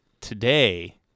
today